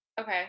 Okay